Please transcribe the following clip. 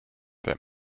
that